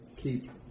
keep